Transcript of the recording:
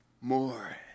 More